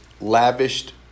lavished